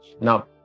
Now